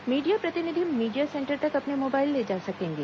media प्रतिनिधि media center तक अपने मोबाइल ले जा सकेंगे